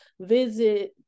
visit